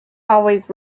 always